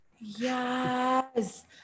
Yes